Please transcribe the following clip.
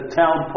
town